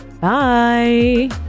bye